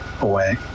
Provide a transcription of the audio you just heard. away